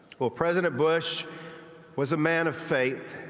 president bush was a man of faith.